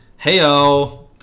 Heyo